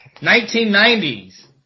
1990s